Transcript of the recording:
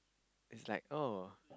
it's like oh